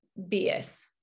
BS